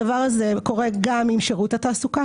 הדבר הזה קורה גם עם שירות התעסוקה.